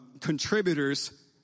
contributors